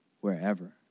wherever